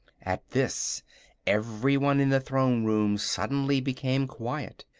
at this everyone in the throne room suddenly became quiet,